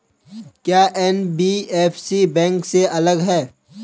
क्या NBFC bank से अलग है?